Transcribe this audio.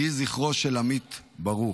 יהי זכרו של עמית ברוך.